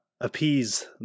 appease